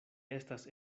estas